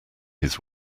his